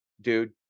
dude